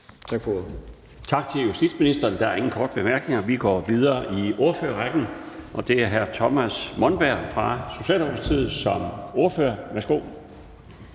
Tak for ordet.